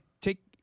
take